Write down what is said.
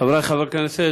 חברי חברי הכנסת,